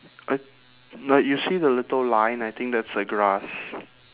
I like you see the little line I think that's the grass